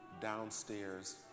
downstairs